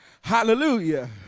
Hallelujah